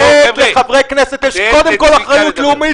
לחברי הכנסת יש קודם כול אחריות לאומית